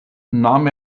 nahm